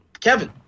Kevin